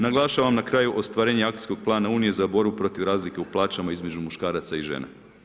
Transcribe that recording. Naglašavam na kraju ostvarenje Akcijskog plana Unije za borbu protiv razlike u plaćama između muškaraca i žena.